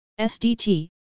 SDT